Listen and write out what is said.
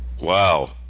wow